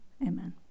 amen